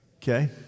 Okay